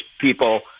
people